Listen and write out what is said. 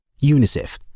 UNICEF